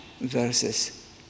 verses